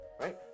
right